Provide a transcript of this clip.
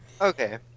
Okay